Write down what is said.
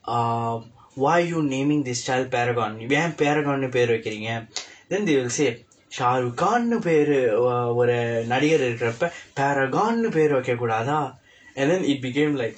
uh why you naming this child paragon இவன் எல்லாம் ஏன்:ivan ellaam een paragon பெயர் வைக்கிறிங்க:peyar vaikkiringka then they will say shah ruh khan பெயர் ஒரு நடிகர் இருக்கிறப்ப:peyar oru nadikar irukirappa paragon பெயர் வைக்க கூடாதா:peyar vaikka kuudaathaa and then it became like